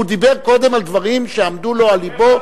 הוא דיבר קודם על דברים שעמדו לו על לבו,